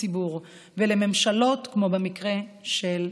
לציבור ולממשלות כמו במקרה של מגפות.